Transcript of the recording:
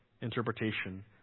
interpretation